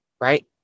right